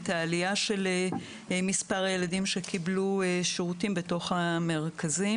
את העלייה של מספר הילדים שקיבלו שירותים בתוך המרכזים.